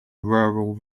rural